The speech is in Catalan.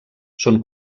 són